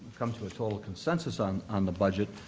come to a total consensus on on the budget.